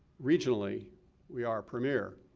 regionally we are premiere.